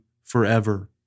forever